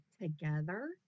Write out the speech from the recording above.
together